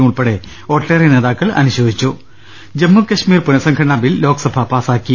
യുമുൾപ്പെടെ ഒട്ടേറെ നേതാക്കൾ അനുശോചിച്ചു ജമ്മു കശ്മീർ പുനഃസംഘടനാ ബിൽ ലോക്സഭ പാസ്സാക്കി